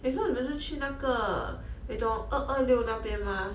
if you want 你们就去那个你懂二二六那边 mah